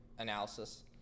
analysis